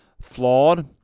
flawed